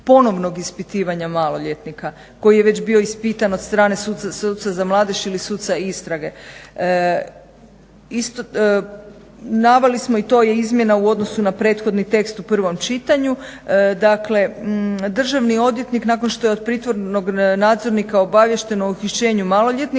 ponovnog ispitivanja maloljetnika koji je već bio ispitan od strane suca za mladež ili suca istrage. Naveli smo i to je izmjena u odnosu na prethodni tekst u prvom čitanju dakle državni odvjetnik nakon što je od pritvornog nadzornika obavješćivan o uhićenju maloljetnika